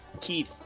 Keith